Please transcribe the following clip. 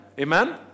Amen